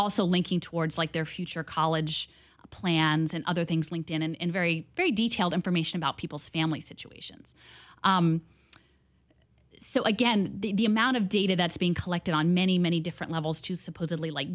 also linking towards like their future college plans and other things linked in and in very very detailed information about people's family situations so again the amount of data that's being collected on many many different levels to supposedly like